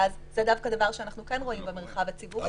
ואז זה דווקא דבר שאנחנו כן רואים במרחב הציבורי.